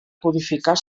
codificar